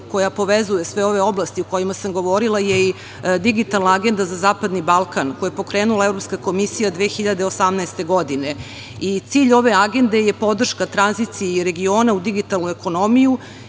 koja povezuje sve ove oblasti o kojima sam govorila je i digitalna agenda za zapadni Balkan, koju je pokrenula Evropska komisija 2018. godine. Cilj ove agende je podrška tranziciji regiona u digitalnu ekonomiju